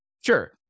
Sure